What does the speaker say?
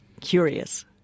Curious